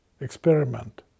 experiment